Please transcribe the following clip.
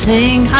Sing